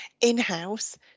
in-house